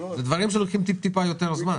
אלה דברים שלוקחים קצת יותר זמן.